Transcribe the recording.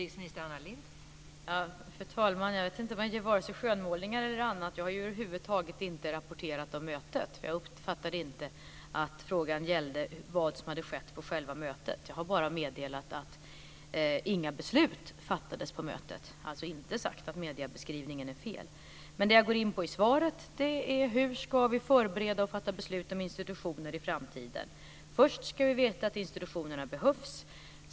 Fru talman! Jag vet inte om jag gör vare sig skönmålningar eller något annat. Jag har över huvud taget inte rapporterat om mötet, eftersom jag inte uppfattade att frågan gällde vad som hade skett på själva mötet. Jag har bara meddelat att inga beslut fattades på mötet. Jag har alltså inte sagt att mediebeskrivningen är fel. Men det som jag går in på i svaret är hur vi ska förbereda och fatta beslut om institutioner i framtiden. Först ska vi veta att institutionerna behövs.